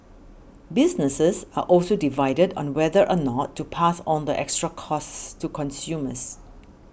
businesses are also divided on whether or not to pass on the extra costs to consumers